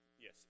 Yes